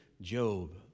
Job